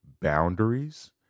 Boundaries